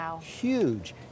huge